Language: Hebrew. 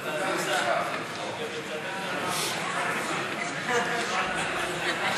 קבוצת סיעת מרצ וחברת הכנסת יעל גרמן לסעיף 4 לא נתקבלה.